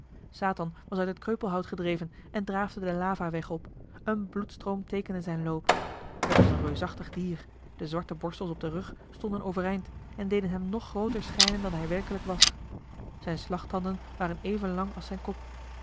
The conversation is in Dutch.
satan was uit het kreupelhout gedreven en draafde den lavaweg op een bloedstroom teekende zijn loop het was een reusachtig dier de zwarte borstels op den rug stonden overeind en deden hem nog grooter schijnen dan hij werkelijk was zijne slagtanden waren even lang als zijn kop